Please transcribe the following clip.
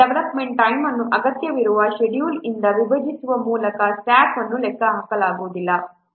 development time ಅನ್ನು ಅಗತ್ಯವಿರುವ schedule ಇಂದ ವಿಭಜಿಸುವ ಮೂಲಕ ಸ್ಟಾಫ್ ಅನ್ನು ಲೆಕ್ಕಹಾಕಲಾಗುವುದಿಲ್ಲ